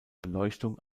beleuchtung